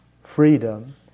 freedom